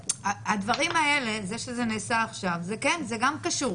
הדברים האלה, זה שזה נעשה עכשיו זה גם קשור.